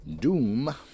Doom